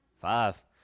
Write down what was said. Five